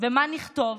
ומה נכתוב,